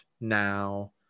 now